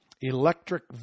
electric